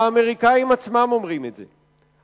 האמריקנים עצמם אומרים את זה.